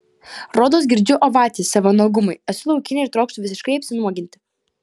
rodos girdžiu ovacijas savo nuogumui esu laukinė ir trokštu visiškai apsinuoginti